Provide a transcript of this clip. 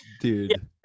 Dude